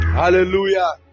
Hallelujah